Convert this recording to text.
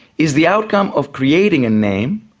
is the outcome of creating a name,